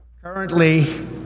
Currently